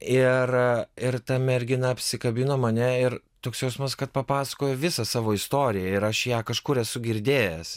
ir ir ta mergina apsikabino mane ir toks jausmas kad papasakojo visą savo istoriją ir aš ją kažkur esu girdėjęs